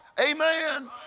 Amen